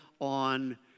on